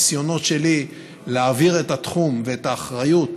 הניסיונות שלי להעביר את התחום ואת האחריות